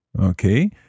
Okay